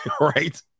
right